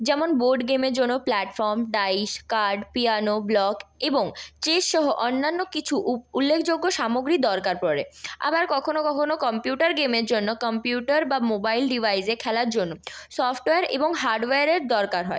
যেমন বোর্ড গেমের জন্য platform dice card piano block এবং চেসসহ অন্যান্য কিছু উল্লেখযোগ্য সামগ্রী দরকার পড়ে আবার কখনও কখনও কম্পিউটার গেমের জন্য কম্পিউটার বা মোবাইল ডিভাইসে খেলার জন্য সফটওয়্যার এবং হার্ডওয়্যারের দরকার হয়